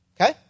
Okay